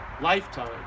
lifetime